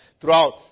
Throughout